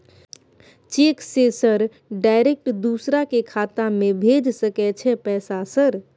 Cheque से sir direct दूसरा के खाता में भेज सके छै पैसा सर?